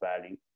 value